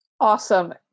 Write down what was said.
Awesome